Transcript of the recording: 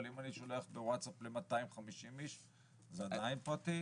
אבל אם אני שולח בווטסאפ ל-250 איש זה עדיין פרטי?